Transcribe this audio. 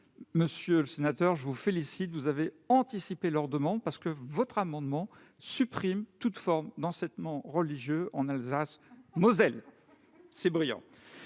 Monsieur Bascher, je vous félicite : vous avez anticipé leur demande, car votre amendement tend à supprimer toute forme d'enseignement religieux en Alsace-Moselle ; c'est brillant